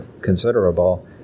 considerable